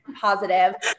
positive